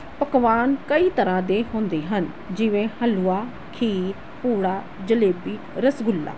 ਪਕਵਾਨ ਕਈ ਤਰ੍ਹਾਂ ਦੇ ਹੁੰਦੇ ਹਨ ਜਿਵੇਂ ਹਲਵਾ ਖੀਰ ਪੂੜਾ ਜਲੇਬੀ ਰਸਗੁੱਲਾ